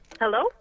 Hello